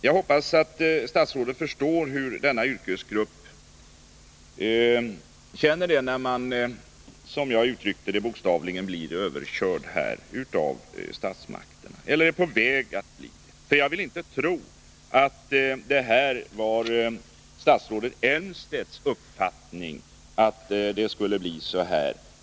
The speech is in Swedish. Jag hoppas att statsrådet förstår hur denna yrkesgrupp känner det när man — som jag uttryckte det — bokstavligen blir överkörd av statsmakterna eller är på väg att bli det, ty jag vill inte tro att det är statsrådet Elmstedts uppfattning att det skulle bli på det här sättet.